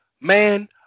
man